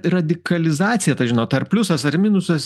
radikalizacija ta žinot ar pliusas ar minusas